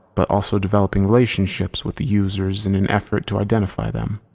but also developing relationships with the users in an effort to identify them.